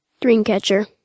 Dreamcatcher